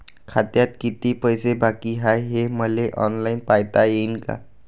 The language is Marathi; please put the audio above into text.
खात्यात कितीक पैसे बाकी हाय हे मले ऑनलाईन पायता येईन का?